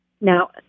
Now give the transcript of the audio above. Now